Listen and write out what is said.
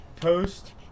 post